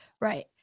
right